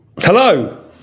hello